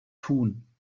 tun